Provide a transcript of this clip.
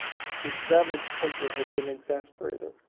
whose savage temper had been exasperated,